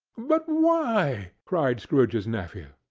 but why? cried scrooge's nephew.